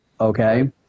Okay